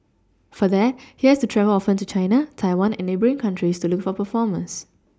for that he has to travel often to China Taiwan and neighbouring countries to look for performers